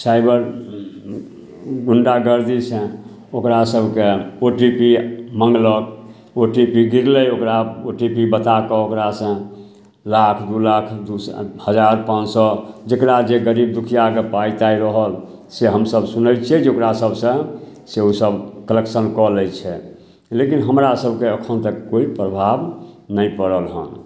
cyber गुण्डागगरदीसे ओकरासभकेँ O T P माँगलक ओ टी पी गिरलै ओकरा ओ टी पी बताकऽ ओकरासे लाख दुइ लाख दुइ सए हजार पाँच सओ जकरा जे गरीब दुखिआके पाइ ताइ रहल से हमसभ सुनै छिए जे ओकरासभसँ से ओसभ कलेक्शन कऽ लै छै लेकिन हमरासभकेँ एखन तक कोइ प्रभाव नहि पड़ल हँ